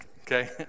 okay